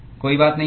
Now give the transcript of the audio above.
कोई बात नहीं होगी